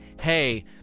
hey